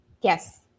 Yes